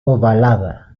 ovalada